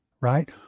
right